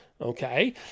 okay